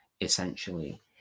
essentially